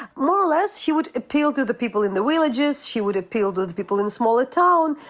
more or less. she would appeal to the people in the villages she would appeal to the people in smaller towns,